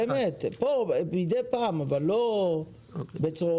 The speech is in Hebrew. מידי פעם, אבל לא בצרורות.